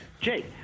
Jake